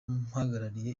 mpagarariye